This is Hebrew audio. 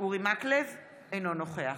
אורי מקלב, אינו נוכח